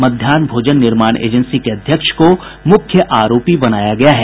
मध्याह्न भोजन निर्माण एजेंसी के अध्यक्ष को मुख्य आरोपी बनाया गया है